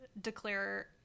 declare